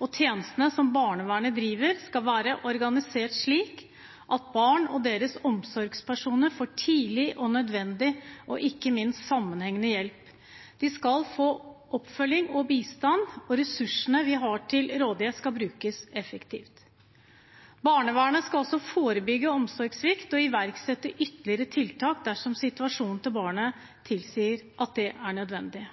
og tjenestene som barnevernet driver, skal være organisert slik at barn og deres omsorgspersoner får tidlig, nødvendig og ikke minst sammenhengende hjelp. De skal få oppfølging og bistand. Ressursene vi har til rådighet, skal brukes effektivt. Barnevernet skal også forebygge omsorgssvikt og iverksette ytterligere tiltak dersom situasjonen til barnet tilsier at det er nødvendig.